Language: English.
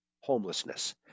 homelessness